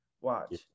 watch